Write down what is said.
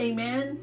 Amen